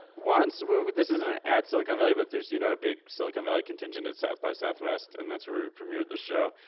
once well, but this isn't an at silicon valley, but there's you know a big silicon valley contingent at south by southwest, and that's where we premiered the show.